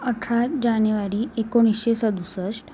अठरा जानेवारी एकोणीसशे सदुसष्ट